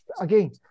Again